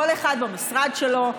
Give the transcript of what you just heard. כל אחד במשרד שלו,